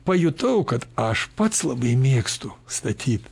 pajutau kad aš pats labai mėgstu statyt